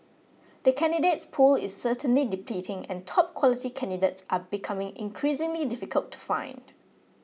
the candidates pool is certainly depleting and top quality candidates are becoming increasingly difficult to find